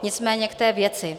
Nicméně k té věci.